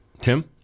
Tim